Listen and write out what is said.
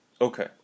okay